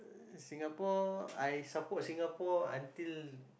Singapore I support Singapore until